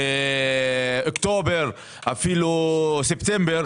אוקטובר אפילו ספטמבר,